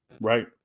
right